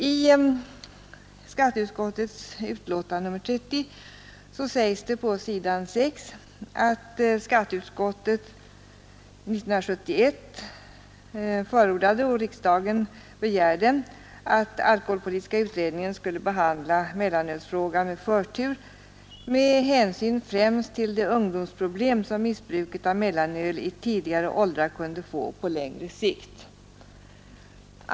I skatteutskottets betänkande nr 30 sägs det på s. 6, att skatteut skottet 1971 förordade och riksdagen begärde att alkoholpolitiska utredningen skulle behandla mellanölsfrågan med förtur med hänsyn främst till de ungdomsproblem som missbruk av mellanöl i tidiga åldrar kunde få på längre sikt.